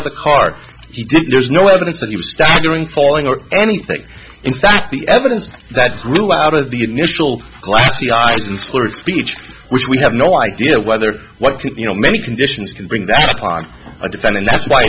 of the car there's no evidence that he was staggering falling or anything in fact the evidence that grew out of the initial glassy eyes and slurred speech which we have no idea whether what you know many conditions can bring that upon a defense and that's why